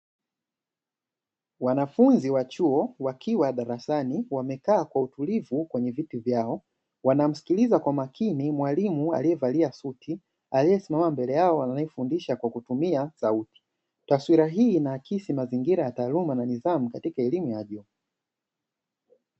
wanafunzi wa chuo wakiwa darasani wamekaa kwa utulivu kwenye viti vyao, wanamsikiliza kwa makini mwalimu alievalia suti, aliesimama mbele yao anaefundisha kwa kutumia sauti, taswira hii inaakisi mazingira ya taaluma na nidham katika elimu ya juu.